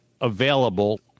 available